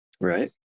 Right